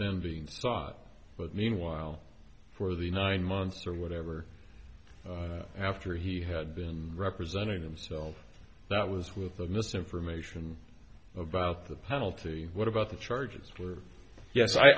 then being sought but meanwhile for the nine months or whatever after he had been representing himself that was with the misinformation about the penalty what about the charges